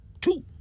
Two